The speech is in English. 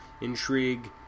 intrigue